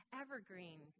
evergreen